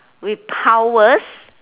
with powers